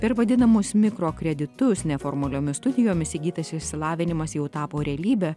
per vadinamus mikrokreditus neformaliomis studijomis įgytas išsilavinimas jau tapo realybe